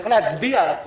צריך להצביע על הכול.